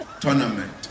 tournament